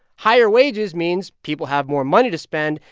higher wages means people have more money to spend,